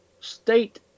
state